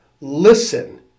Listen